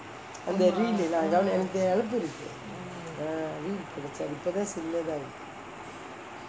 அந்த எனக்கு நெனப்பு இருக்கு இப்போ தான் சின்னதா இருக்கு:antha enakku nenappu irukku ippo thaa sinnatha irukku